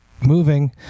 moving